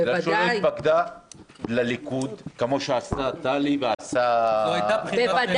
בגלל שהיא לא התפקדה לליכוד כמו שעשתה טלי ועשה אלי.